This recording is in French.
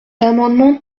amendement